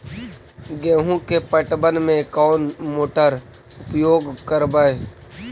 गेंहू के पटवन में कौन मोटर उपयोग करवय?